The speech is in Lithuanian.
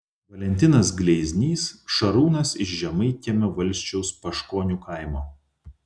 valentinas gleiznys šarūnas iš žemaitkiemio valsčiaus paškonių kaimo